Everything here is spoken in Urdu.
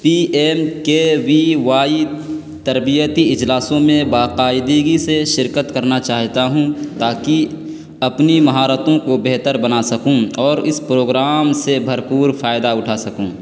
پی ایم کے وی وائی تربیتی اجلاسوں میں باقاعدگی سے شرکت کرنا چاہتا ہوں تاکہ اپنی مہارتوں کو بہتر بنا سکوں اور اس پروگرام سے بھرپور فائدہ اٹھا سکوں